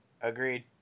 agreed